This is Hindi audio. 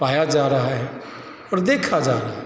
पाया जा रहा है और देखा जा रहा